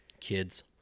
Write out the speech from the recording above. Kids